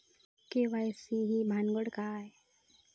KYC ही भानगड काय?